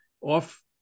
off